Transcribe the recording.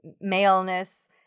maleness